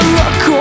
look